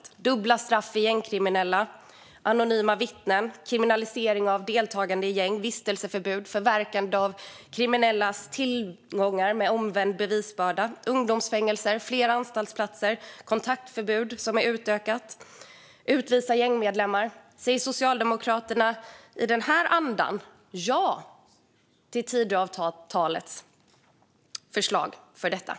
Det handlar om dubbla straff för gängkriminella, anonyma vittnen, kriminalisering av deltagande i gäng, vistelseförbud, förverkande av kriminellas tillgångar med omvänd bevisbörda, ungdomsfängelser, fler anstaltsplatser, utökat kontaktförbud och utvisning av gängmedlemmar. Säger Socialdemokraterna ja till dessa förslag, som finns i Tidöavtalet?